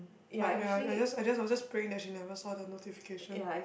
but ya I just I just was just praying that she never saw the notification